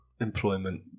employment